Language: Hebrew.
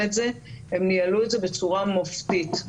את זה הם ניהלו את זה בצורה מופתית.